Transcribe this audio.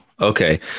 Okay